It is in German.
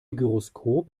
gyroskop